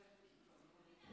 יש לך עשר דקות.